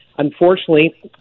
unfortunately